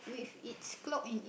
with its clock